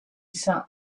sat